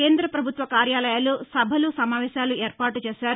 కేంద్ర పభుత్వ కార్యాలయాలు సభలు సమావేశాలు ఏర్పాటుచేశారు